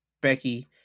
Becky